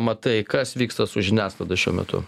matai kas vyksta su žiniasklaida šiuo metu